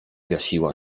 gasiła